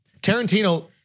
Tarantino-